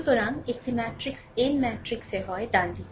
সুতরাং একটি matrix n ম্যাট্রিক্সে হয় ডানদিকে